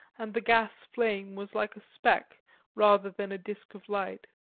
and the gas flame was like a speck rather than a disc of light.